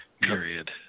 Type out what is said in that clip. Period